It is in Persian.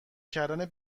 کردن